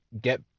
get